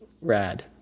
rad